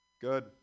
Good